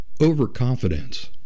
overconfidence